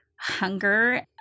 hunger